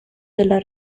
della